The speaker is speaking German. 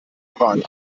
prahlen